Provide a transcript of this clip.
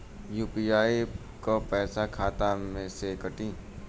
UPI क पैसा खाता से कटी?